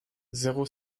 zéro